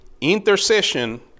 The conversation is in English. intercession